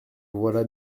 voilà